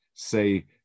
say